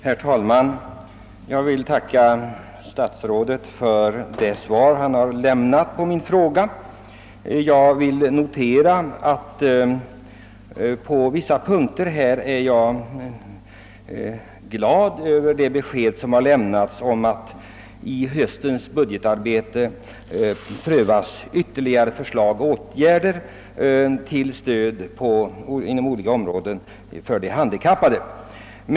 Herr talman! Jag vill tacka statsrådet för det svar han har lämnat på min fråga. Jag noterar med glädje beskedet att det i höstens budgetarbete prövas ytterligare förslag till åtgärder inom olika områden till stöd för de handikappade.